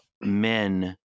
men